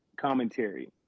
commentary